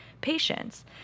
patients